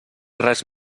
res